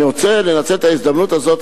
אני רוצה לנצל את ההזדמנות הזאת,